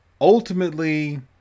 ultimately